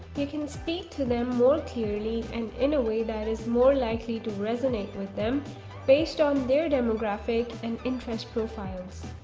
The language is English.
you can speak to them more clearly and in a way that is more likely to resonate with them based on their demographic and interest profiles.